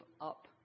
up